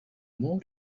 more